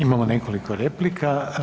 Imamo nekoliko replika.